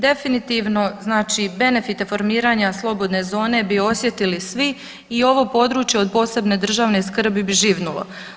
Definitivno znači benefite formiranja slobodne zone bi osjetili svi i ovo područje od posebne državne skrbi bi živnulo.